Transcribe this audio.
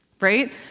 right